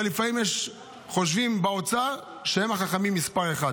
אבל לפעמים חושבים באוצר שהם החכמים מס' אחת.